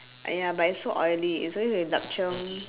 !aiya! but it's so oily it's always with lap cheong